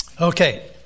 Okay